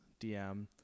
DM